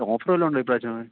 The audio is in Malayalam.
ഓഫർ വല്ലതുമുണ്ടോ ഇപ്രാവശ്യം